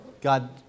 God